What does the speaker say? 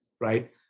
right